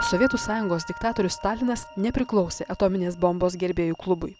sovietų sąjungos diktatorius stalinas nepriklausė atominės bombos gerbėjų klubui